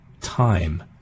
time